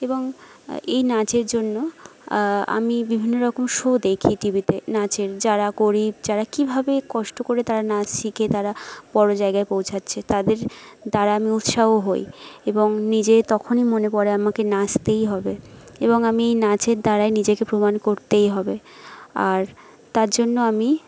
এবং এই নাচের জন্য আমি বিভিন্ন রকম শো দেখি টি ভিতে নাচের যারা গরীব যারা কীভাবে কষ্ট করে তারা নাচ শিখে তারা বড় জায়গায় পৌঁছচ্ছে তাদের দ্বারা আমি উৎসাহ হই এবং নিজে তখনই মনে পড়ে আমাকে নাচতেই হবে এবং আমি এই নাচের দ্বারাই নিজেকে প্রমাণ করতেই হবে আর তার জন্য আমি